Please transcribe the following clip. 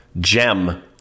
gem